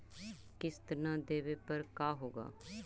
किस्त न देबे पर का होगा?